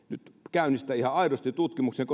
käynnistää ihan aidosti tutkimuksen